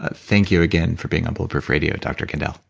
ah thank you again for being on bulletproof radio, dr. kandel,